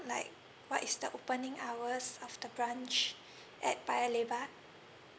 like what is the opening hours of the branch at paya lebar